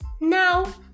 now